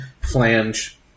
Flange